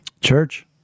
Church